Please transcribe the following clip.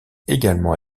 également